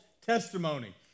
testimony